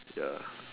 ya